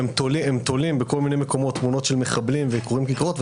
הם תולים בכל מיני מקומות תמונות של מחבלים וקוראים כיכרות.